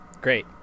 Great